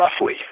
roughly